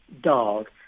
dog